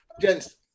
Gents